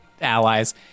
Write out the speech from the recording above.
allies